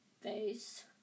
face